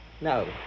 No